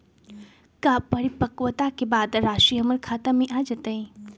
का परिपक्वता के बाद राशि हमर खाता में आ जतई?